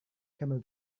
camel